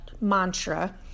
mantra